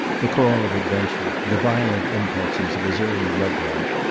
the call of adventure, the violent impulses of his early love life.